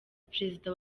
perezida